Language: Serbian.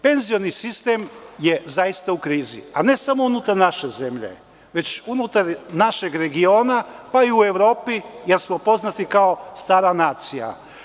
Penzioni sistem je zaista u krizi, i to ne samo unutar naše zemlje, već unutar našeg regiona, pa i u Evropi, jer smo poznati kao stara nacija.